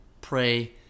pray